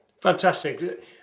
Fantastic